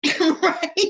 right